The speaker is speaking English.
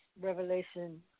Revelation